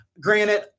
Granted